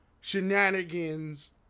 shenanigans